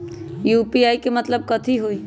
UPI के मतलब कथी होई?